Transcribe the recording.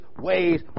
ways